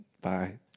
bye